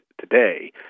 today